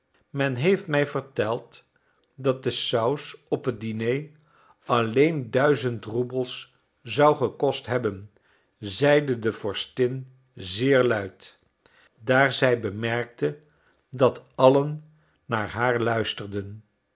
men heeft mij verteld dat de saus op het diner alleen duizend roebels zou gekost hebben zeide de vorstin zeer luid daar zij bemerkte dat allen naar haar luisterden